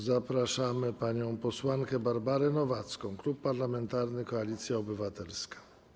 Zapraszamy panią posłankę Barbarę Nowacką, Klub Parlamentarny Koalicja Obywatelska.